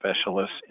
specialists